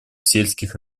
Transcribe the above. сельских